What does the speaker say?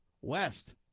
West